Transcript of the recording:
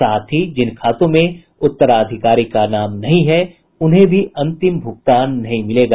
साथ ही जिन खातों में उत्तराधिकारी का नाम नहीं है उन्हें भी अंतिम भुगतान नहीं मिलेगा